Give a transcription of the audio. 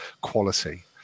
quality